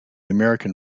american